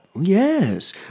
Yes